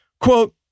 quote